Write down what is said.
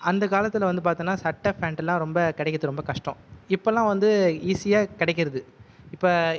அந்த காலத்தில் வந்து பார்த்தோம்னா சட்டை பேன்ட் எல்லாம் ரொம்ப கிடைக்கிறது ரொம்ப கஷ்டம் இப்போலாம் வந்து ஈஸியாக கிடைக்கிறது இப்போ